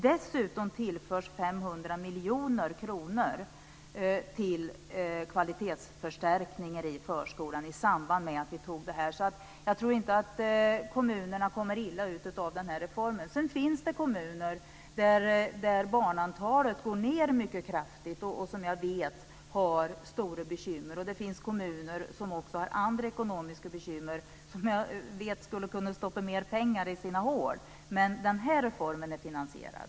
Dessutom tillfördes 500 miljoner kronor till kvalitetsförstärkningar i förskolan i samband med att vi beslutade om det här. Så jag tror inte att kommunerna kommer att komma illa ut av de här reformerna. Sedan finns det kommuner där barnantalet går ned mycket kraftigt och som jag vet har stora bekymmer. Det finns också kommuner som har andra ekonomiska bekymmer och som jag vet skulle kunna stoppa mer pengar i sina hål. Men den här reformen är finansierad.